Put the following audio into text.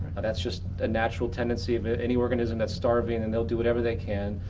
and that's just a natural tendency of any organism that's starving. and they'll do whatever they can,